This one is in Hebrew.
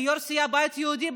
כיו"ר סיעת הבית יהודי,